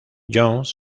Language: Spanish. jones